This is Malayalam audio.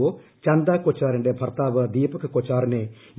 ഒ ചന്ദ കൊച്ചാറിന്റെ ഭർത്താവ് ദ്ദീപ്രക് കൊച്ചാറിനെ ഇ